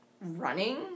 running